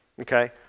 okay